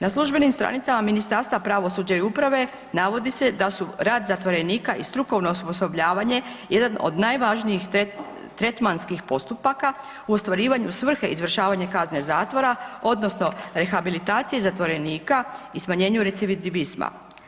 Na službenim stranicama Ministarstva pravosuđa i uprave navodi se da su rad zatvorenika i strukovno osposobljavanje jedan od najvažnijih tretmanskih postupaka u ostvarivanju svrhe izvršavanja kazne zatvora odnosno rehabilitacije zatvorenika i smanjenju recidivizma.